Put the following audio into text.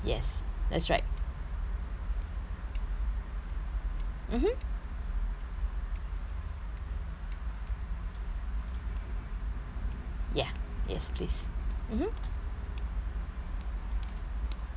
mmhmm ya yes please mmhmm